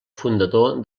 fundador